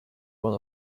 one